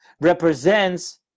represents